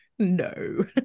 No